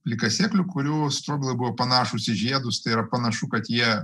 plikasėklių kurių stroblai buvo panašūs į žiedus tai yra panašu kad jie